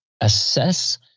assess